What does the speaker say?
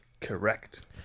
correct